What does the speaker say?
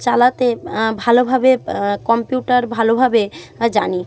চালাতে ভালোভাবে কম্পিউটার ভালোভাবে জানি